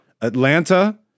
Atlanta